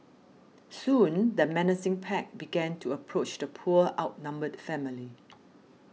soon the menacing pack began to approach the poor outnumbered family